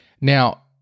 Now